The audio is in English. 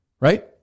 Right